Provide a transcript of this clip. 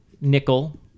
nickel